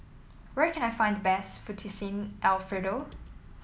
where can I find the best Fettuccine Alfredo